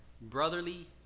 brotherly